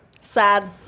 Sad